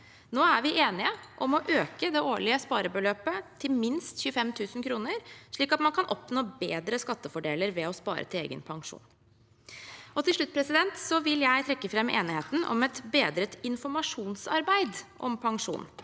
Nå er vi enige om å øke det årlige sparebeløpet til minst 25 000 kr, slik at man kan oppnå bedre skattefordeler ved å spare til egen pensjon. Til slutt vil jeg trekke fram enigheten om et bedret informasjonsarbeid om pensjon.